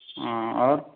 ہاں اور